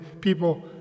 people